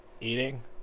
Eating